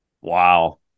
wow